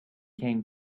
came